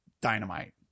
dynamite